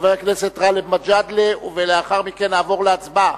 חבר הכנסת גאלב מג'אדלה, ולאחר מכן נעבור להצבעה.